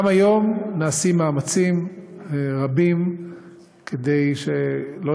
גם כיום נעשים מאמצים רבים כדי שלא